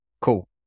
Cool